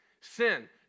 sin